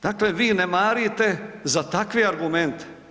Dakle vi ne marite za takve argumente.